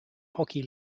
hockey